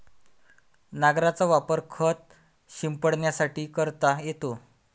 नांगराचा वापर खत शिंपडण्यासाठी करता येतो